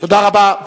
תודה רבה.